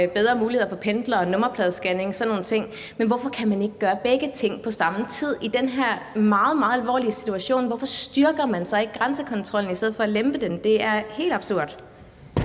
bedre muligheder for pendlere, nummerpladescanning og sådan nogle ting, men hvorfor kan man ikke gøre begge ting på samme tid? Hvorfor styrker man i den her meget, meget alvorlige situation ikke grænsekontrollen i stedet for at lempe den? Det er helt absurd.